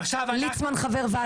ליצמן חבר ועדה,